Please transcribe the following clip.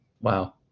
Wow